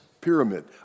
pyramid